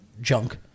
junk